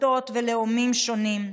דתות ולאומים שונים,